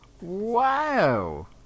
wow